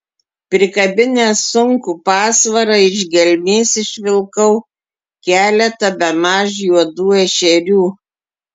prikabinęs sunkų pasvarą iš gelmės išvilkau keletą bemaž juodų ešerių